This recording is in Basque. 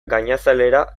gainazalera